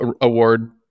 award